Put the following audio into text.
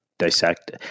dissect